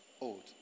old